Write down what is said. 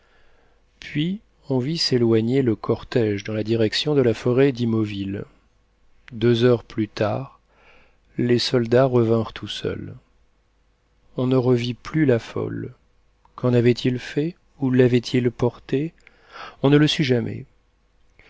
puis on vit s'éloigner le cortège dans la direction de la forêt d'imauville deux heures plus tard les soldats revinrent tout seuls on ne revit plus la folle qu'en avaient-ils fait où lavaient ils portée on ne le sut jamais